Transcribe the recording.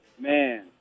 man